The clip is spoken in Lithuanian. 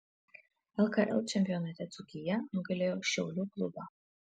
lkl čempionate dzūkija nugalėjo šiaulių klubą